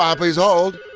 um please hold.